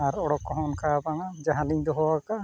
ᱟᱨ ᱩᱰᱩᱠ ᱠᱚᱦᱚᱸ ᱚᱱᱠᱟ ᱵᱟᱝᱟ ᱡᱟᱦᱟᱸ ᱞᱤᱧ ᱫᱚᱦᱚ ᱟᱠᱟᱫᱼᱟ